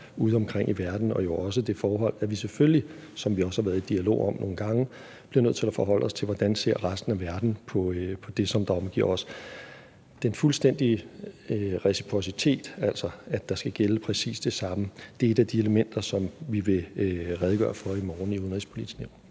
ude omkring i verden, og jo også det forhold, at vi selvfølgelig, som vi har været i dialog om nogle gange, bliver nødt til at forholde os til, hvordan resten af verden ser på det, der omgiver os. Den fuldstændige reciprocitet, altså at der skal gælde præcis det samme, er et af de elementer, som vi vil redegøre for i morgen i Det Udenrigspolitiske